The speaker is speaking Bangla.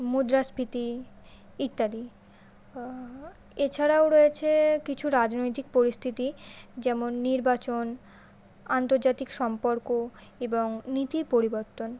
মুদ্রাস্ফীতি ইত্যাদি এছাড়াও রয়েছে কিছু রাজনৈতিক পরিস্থিতি যেমন নির্বাচন আন্তর্জাতিক সম্পর্ক এবং নীতি পরিবর্তন